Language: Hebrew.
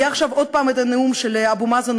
יהיה עכשיו עוד פעם הנאום של אבו מאזן,